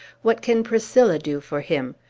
what can priscilla do for him?